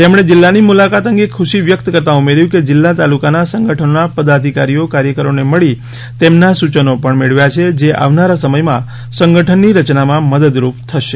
તેમણે જિલ્લાની મુલાકાત અંગે ખુશી વ્યક્ત કરતા ઉમેર્યું કે જિલ્લા તાલુકાના સંગઠનોના પદાધિકારીઓ કાર્યકરોને મળી તેમના સૂચનો પણ મેળવ્યા છે જે આવનારા સમયમાં સંગઠનની રચનામાં મદદરૂપ થશે